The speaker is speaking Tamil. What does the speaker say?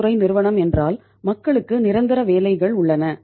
பொதுத்துறை நிறுவனம் என்றால் மக்களுக்கு நிரந்தர வேலைகள் உள்ளன